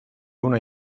una